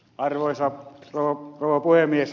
arvoisa rouva puhemies